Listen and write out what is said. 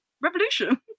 Revolution